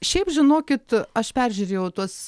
šiaip žinokit aš peržiūrėjau tuos